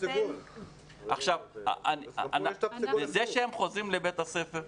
זה שהם חוזרים לבית הספר,